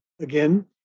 again